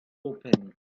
opened